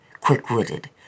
quick-witted